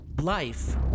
Life